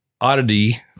oddity